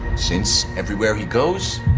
since everywhere he goes,